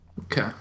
Okay